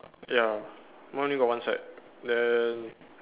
ya mine only got one side then